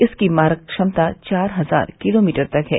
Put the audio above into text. इसकी मारक क्षमता चार हजार किलोमीटर तक है